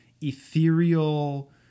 ethereal